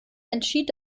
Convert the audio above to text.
entschied